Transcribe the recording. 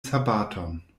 sabaton